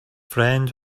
friend